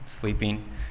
sleeping